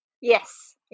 Yes